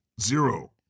Zero